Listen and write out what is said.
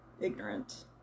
ignorant